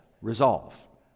resolve